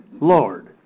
Lord